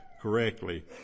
correctly